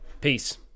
Peace